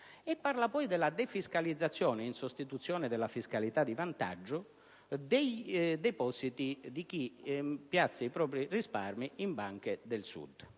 parla poi della defiscalizzazione, in sostituzione della fiscalità di vantaggio, dei depositi di chi mette i propri risparmi in banche del Sud.